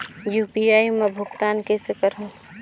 UPI मा भुगतान कइसे करहूं?